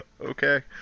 Okay